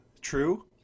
True